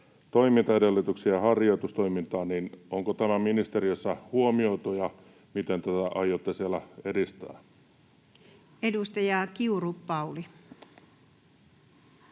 toimintaedellytyksiä harjoitustoimintaan. Onko tämä ministeriössä huomioitu, ja miten aiotte tätä siellä edistää? Edustaja Kiuru, Pauli.